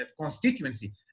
constituency